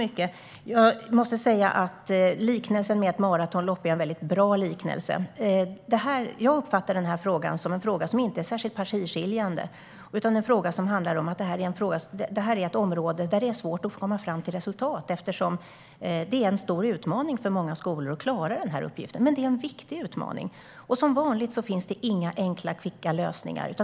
Herr talman! Liknelsen med ett maratonlopp är väldigt bra. Jag uppfattar det här som en fråga som inte är särskilt partiskiljande. Det är ett område där det är svårt att komma fram till ett resultat eftersom det är en stor utmaning för många skolor att klara den uppgiften. Men det är en viktig utmaning. Som vanligt finns det inga enkla, kvicka lösningar.